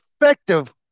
effective